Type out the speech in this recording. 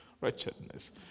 wretchedness